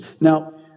Now